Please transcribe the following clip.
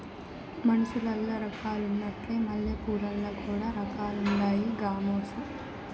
మనుసులల్ల రకాలున్నట్లే మల్లెపూలల్ల కూడా రకాలుండాయి గామోసు